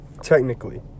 technically